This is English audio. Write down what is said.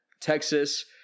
Texas